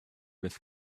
with